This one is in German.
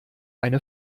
eine